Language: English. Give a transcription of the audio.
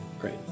Great